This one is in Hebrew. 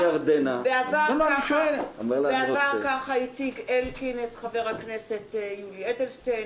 ובעבר ככה הציג אלקין את חבר הכנסת יולי אדלשטיין,